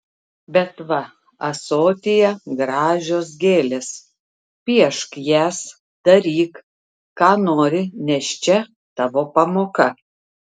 bet va ąsotyje gražios gėlės piešk jas daryk ką nori nes čia tavo pamoka